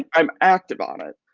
i'm active on it.